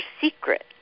secret